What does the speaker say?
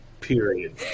Period